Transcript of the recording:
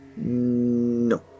No